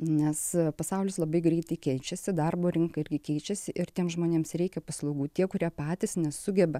nes pasaulis labai greitai keičiasi darbo rinka irgi keičiasi ir tiems žmonėms reikia paslaugų tie kurie patys nesugeba